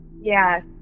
Yes